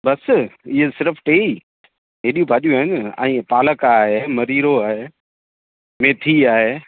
बसि इहे सिर्फ़ु टे ई एॾियूं भाॼियूं आहिनि ऐं पालक आहे मरीरो आहे मेथी आहे